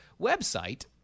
website